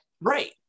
right